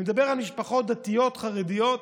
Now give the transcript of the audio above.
אני מדבר על משפחות דתיות, חרדיות,